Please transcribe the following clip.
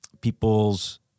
people's